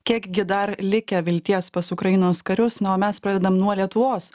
kiek gi dar likę vilties pas ukrainos karius na o mes pradedam nuo lietuvos